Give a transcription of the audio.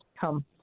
come